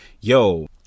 Yo